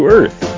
Earth